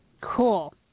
Cool